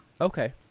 Okay